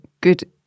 good